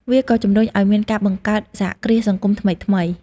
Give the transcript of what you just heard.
វាក៏ជំរុញឱ្យមានការបង្កើតសហគ្រាសសង្គមថ្មីៗ។